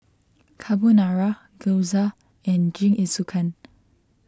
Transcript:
Carbonara Gyoza and Jingisukan